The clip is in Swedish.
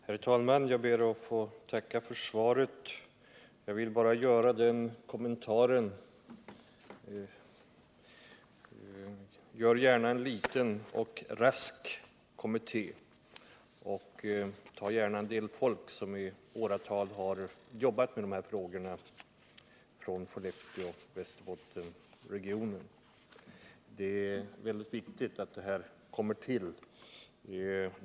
Herr talman! Jag ber att få tacka för svaret. Jag vill bara göra följande kommentar: Tillsätt gärna en liten och rask kommitté, och ta gärna med en del folk från Skellefteå och Västerbottensregionen som i åratal har jobbat med dessa frågor! Det är mycket viktigt att denna träutvecklingsenhet kommer till stånd.